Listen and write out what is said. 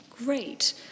Great